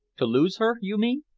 to lose her, you mean?